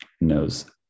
knows